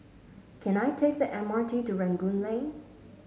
can I take the M R T to Rangoon Lane